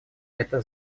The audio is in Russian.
это